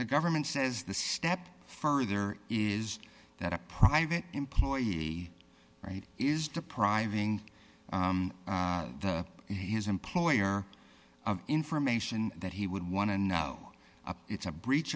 the government says the step further is that a private employee right is depriving the his employer of information that he would want to know it's a breach